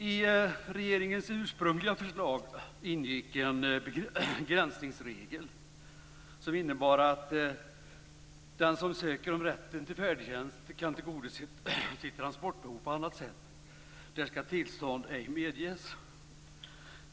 I regeringens ursprungliga förslag ingick en begränsningsregel som innebar att tillstånd ej skall medges om den som söker om rätten till färdtjänst kan tillgodose sitt transportbehov på annat sätt.